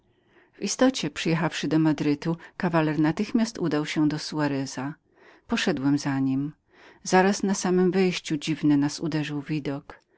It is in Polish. w istocie przyjechawszy do madrytu kawaler natychmiast udał się do soareza poszedłem za nim zaraz na samem wejściu dziwny nas uderzył widok